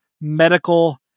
medical